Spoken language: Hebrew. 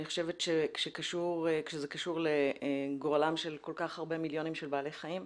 אני חושבת שכאשר זה קשור לגורלם של כל כך הרבה מיליונים של בעלי חיים,